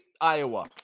Iowa